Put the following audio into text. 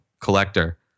collector